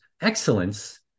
excellence